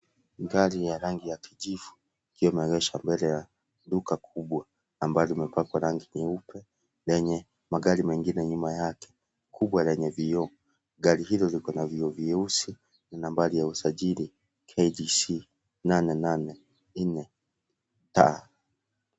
Gari ya rangi ya kijivu imeengeeshwa mbele ya duka kubwa ambalo limepakwa rangi nyeupe lenye magari mengine, nyuma yake kubwa lenye vioo. Gari hilo likona vioo vyeusi na nambari ya usajili KDC 884T.